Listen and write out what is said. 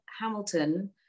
Hamilton